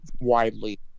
widely